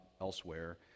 elsewhere